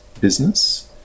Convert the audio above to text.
business